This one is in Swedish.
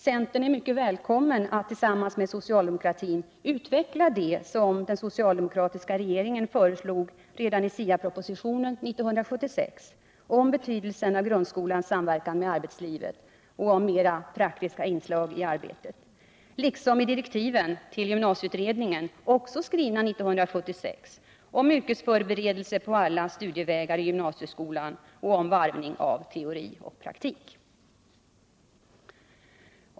Centern är mycket välkommen att tillsammans med socialdemokratin utveckla det som den socialdemokratiska regeringen framförde redan i SIA-propositionen 1976 om betydelsen av grundskolans samverkan med arbetslivet och om mera praktiska inslag i arbetet, liksom i direktiven till gymnasieutredningen — också skrivna 1976 — om yrkesförberedelse på alla studievägar i gymnasieskolan och om varvning av teori och praktik.